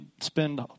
spend